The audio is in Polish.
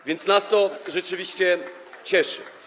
A więc nas to rzeczywiście cieszy.